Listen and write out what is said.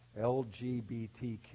LGBTQ